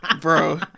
bro